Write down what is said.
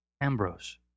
Ambrose